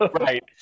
Right